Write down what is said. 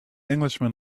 englishman